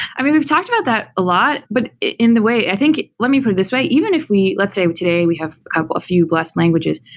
i mean, we've talked about that a lot, but in the way, i think, let me put it this way, even if we let's say today we have a couple, a few blessed languages,